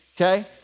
Okay